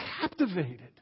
captivated